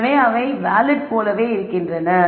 எனவே அவை வேலிட் போலவே இருக்கின்றன